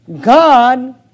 God